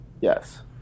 Yes